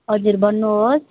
हजुर भन्नुहोस्